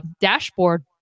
dashboard